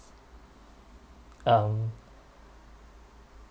um